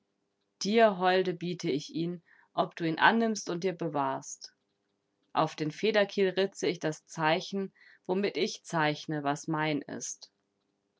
dir holde biete ich ihn ob du ihn annimmst und dir bewahrst auf den federkiel ritze ich das zeichen womit ich zeichne was mein ist